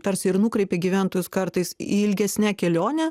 tarsi ir nukreipia gyventojus kartais į ilgesnę kelionę